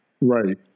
Right